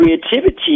creativity